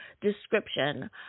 description